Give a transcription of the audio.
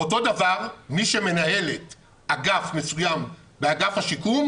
אותו דבר מי שמנהלת אגף מסוים באגף השיקום,